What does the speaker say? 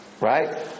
right